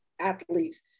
athletes